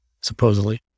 supposedly